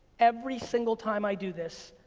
every single time i do this,